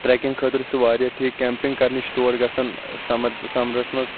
trekking خٲطرٕ چھُ سُہ واریاہ ٹھیٖک کیمپِنٛگ کَرنہٕ چھِ تور گَژھان سَمَر سَمرَس مَنٛز